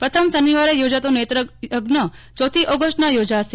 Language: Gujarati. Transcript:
પ્રથમ શનિવારે યોજાતો નેત્રયજ્ઞ ચોથી ઓગસ્ટના યોજાશે